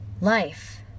life